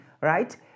right